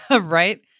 Right